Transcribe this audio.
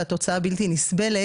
והתוצאה בלתי נסבלת.